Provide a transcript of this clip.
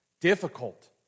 difficult